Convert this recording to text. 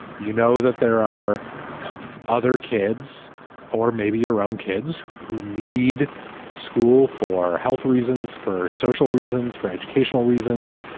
you know that there are other kids or maybe your own kids who need school for health reasons, for social reasons, for educational reasons,